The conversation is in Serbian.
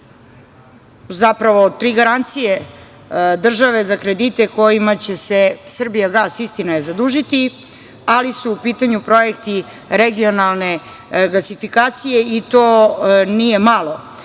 doneti i tri garancije države za kredite kojima će se „Srbijagas“, istina je, zadužiti, ali su u pitanju projekti regionalne gasifikacije i to nije